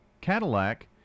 Cadillac